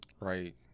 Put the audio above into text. Right